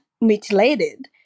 mutilated